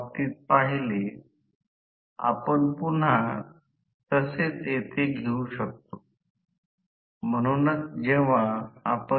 तर याचा अर्थ असा आहे की त्यामध्ये रोटर फिरत असेल ज्याला r च्या त्याच दिशेने फिरत आहे त्या फिरणार्या चुंबकीय क्षेत्रास काय म्हणायचे